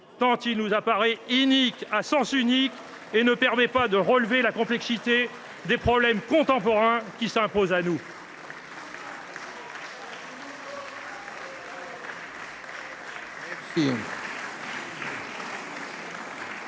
tant il nous apparaît inique, à sens unique et incapable de nous permettre de relever la complexité des problèmes contemporains s’imposant à nous.